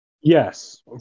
Yes